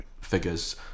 figures